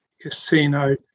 Casino